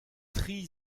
tri